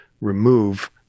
remove